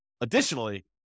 additionally